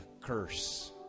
curse